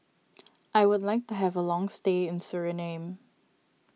I would like to have a long stay in Suriname